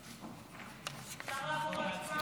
אפשר לעבור להצבעה?